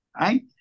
right